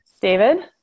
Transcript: David